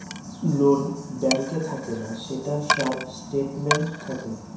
loan ব্যাঙ্কে থাকে না, সেটার সব স্টেটমেন্ট থাকে